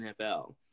nfl